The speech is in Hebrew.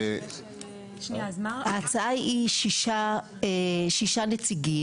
ההצעה היא שישה נציגים,